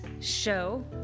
show